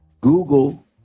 Google